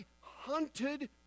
hunted